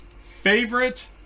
Favorite